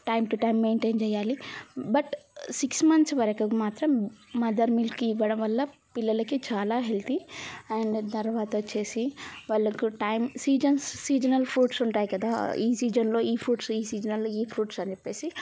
time to time maintain చేయాలి but six months వరకు మాత్రం మదర్ మిల్క్ ఇవ్వడం వల్ల పిల్లలకి చాలా హెల్తీ అండ్ తర్వాత వచ్చేసి వాళ్ళకు టైం సీజన్ సీజనల్ ఫ్రూట్స్ ఉంటాయి కదా ఈ సీజన్లో ఈ ఫ్రూట్స్ ఈ సీజన్లో ఈ ఫ్రూట్స్ అని చెప్పేసి